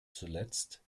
zuletzt